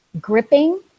gripping